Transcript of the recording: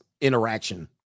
interaction